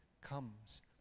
comes